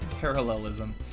parallelism